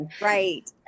right